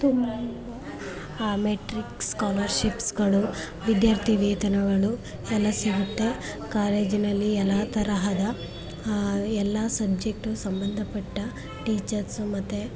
ತುಂ ಮೆಟ್ರಿಕ್ಸ್ ಸ್ಕಾಲರ್ಶಿಪ್ಸ್ಗಳು ವಿದ್ಯಾರ್ಥಿವೇತನಗಳು ಎಲ್ಲ ಸಿಗುತ್ತೆ ಕಾಲೇಜಿನಲ್ಲಿ ಎಲ್ಲ ತರಹದ ಎಲ್ಲ ಸಬ್ಜೆಕ್ಟು ಸಂಬಂಧಪಟ್ಟ ಟೀಚರ್ಸು ಮತ್ತು